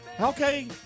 okay